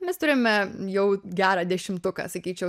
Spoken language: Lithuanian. mes turime jau gerą dešimtuką sakyčiau